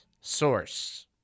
source